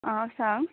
आ सांग